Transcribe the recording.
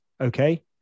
okay